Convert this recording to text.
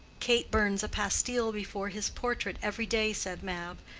kate burns a pastille before his portrait every day, said mab.